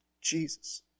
Jesus